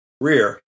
rear